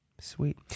Sweet